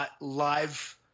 live